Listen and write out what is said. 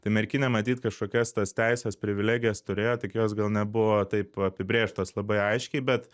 tai merkinė matyt kažkokias tas teises privilegijas turėjo tik jos gal nebuvo taip apibrėžtos labai aiškiai bet